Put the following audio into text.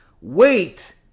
wait